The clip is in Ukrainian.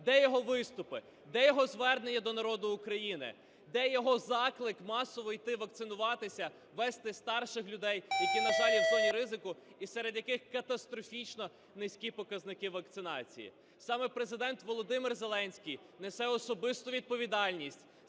де його виступи, де його звернення до народу України, де його заклик масово йти вакцинуватися, вести старших людей, які, на жаль, є в зоні ризику, і серед яких катастрофічно низькі показники вакцинації. Саме Президент Володимир Зеленський несе особисту відповідальність